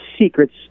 Secrets